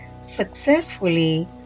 successfully